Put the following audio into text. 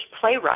playwright